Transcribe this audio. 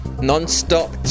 non-stop